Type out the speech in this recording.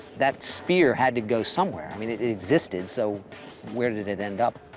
that spear had to go somewhere. i mean, it it existed, so where did it end up?